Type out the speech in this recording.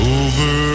over